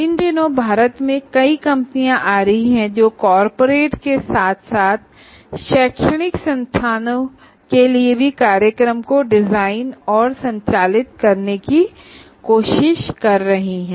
इन दिनों भारत में कई कंपनियां आ रही हैं जो कॉरपोरेट्स के साथ साथ शैक्षणिक संस्थानों के लिए कार्यक्रमों को डिजाइन और संचालित कर रही हैं